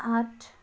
आठ